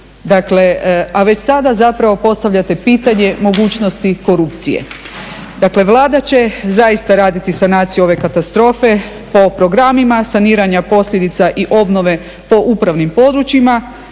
A već sada zapravo postavljate pitanje mogućnosti korupcije. Dakle Vlada će zaista raditi sanaciju ove katastrofe po programima saniranja posljedica i obnove po upravnim područjima